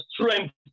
strength